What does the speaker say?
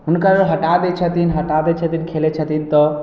हुनकर हटा दै छथिन हटाबै छथिन खेलै छथिन तऽ